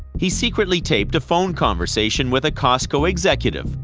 he secretly taped a phone conversation with a costco executive.